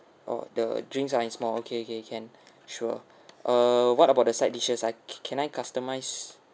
oh the drinks are in small okay okay can sure uh what about the side dishes I c~ can I customize